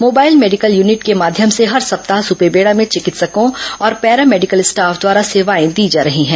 mobile medical unit के माध्यम से हर सप्ताह सुपेबेड़ा में चिकित्सकों और पैरा मेडिकल स्टाफ द्वारा सेवाएं दी जा रही हैं